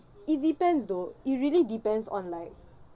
it depends though it really depends on like